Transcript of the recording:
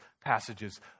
passages